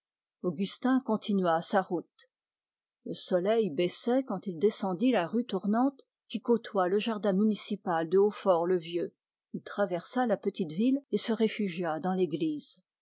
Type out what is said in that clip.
augustin continua sa route le soleil baissait quand il descendit la rue tournante qui côtoie le jardin municipal de hautfort le vieux il traversa la petite ville et se réfugia dans l'église